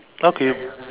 how can you